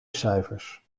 cijfers